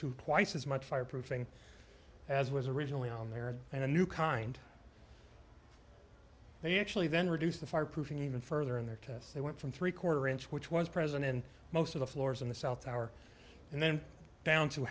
quite as much fire proofing as was originally on there and a new kind they actually then reduced the fireproofing even further in their tests they went from three quarter inch which was present in most of the floors in the south tower and then down to